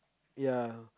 ya